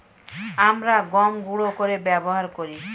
আমরা গম গুঁড়ো করে ব্যবহার করি